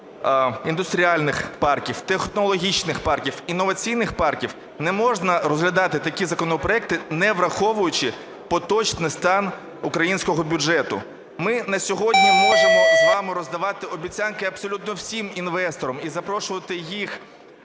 індустріальних парків, технологічних парків, інноваційних парків, не можна розглядати такі законопроекти, не враховуючи поточний стан українського бюджету. Ми на сьогодні можемо з вами роздавати обіцянки абсолютно всім інвесторам і запрошувати їх